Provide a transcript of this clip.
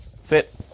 sit